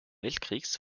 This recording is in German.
weltkrieges